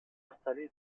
installé